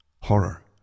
Horror